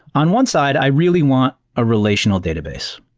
on one side, i really want a relational database.